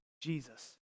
Jesus